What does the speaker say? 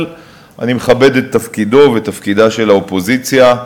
אבל אני מכבד את תפקידו ואת תפקידה של האופוזיציה.